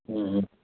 हूं हूं